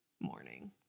morning